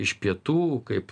iš pietų kaip